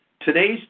Today's